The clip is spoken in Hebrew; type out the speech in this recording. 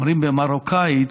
אומרים במרוקאית: